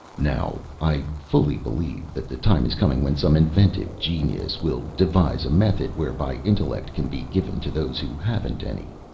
now i fully believe that the time is coming when some inventive genius will devise a method whereby intellect can be given to those who haven't any.